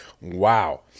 wow